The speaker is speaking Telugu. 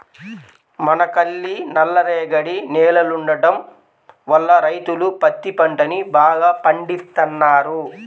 మనకల్లి నల్లరేగడి నేలలుండటం వల్ల రైతులు పత్తి పంటని బాగా పండిత్తన్నారు